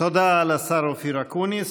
תודה לשר אופיר אקוניס.